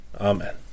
Amen